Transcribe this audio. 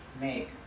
make